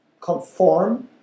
conform